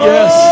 Yes